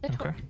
Okay